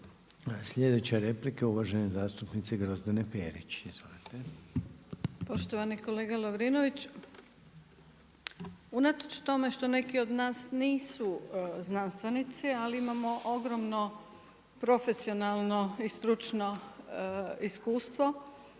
Sljedeća replika je uvažene zastupnice Grozdane Perić. Izvolite. **Perić, Grozdana (HDZ)** Poštovani kolega Lovrinović, unatoč tome što neki od nas nisu znanstvenici ali imamo ogromno profesionalno i stručno iskustvo.